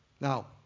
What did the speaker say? Now